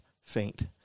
faint